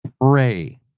pray